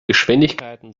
geschwindigkeiten